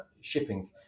shipping